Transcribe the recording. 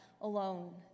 alone